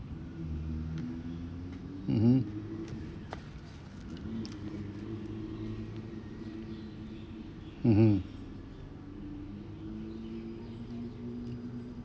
mmhmm mmhmm